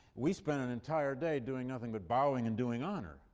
we spent an entire day doing nothing but bowing and doing honor.